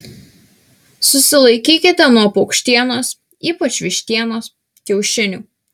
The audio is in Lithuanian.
susilaikykite nuo paukštienos ypač vištienos kiaušinių